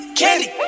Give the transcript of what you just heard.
candy